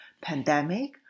pandemic